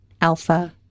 alpha